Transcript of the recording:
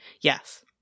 Yes